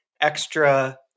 extra